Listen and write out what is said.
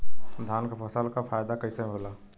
धान क फसल क फायदा कईसे होला?